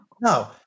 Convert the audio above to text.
No